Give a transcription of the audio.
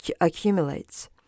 accumulates